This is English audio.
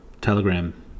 Telegram